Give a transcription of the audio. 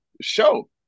show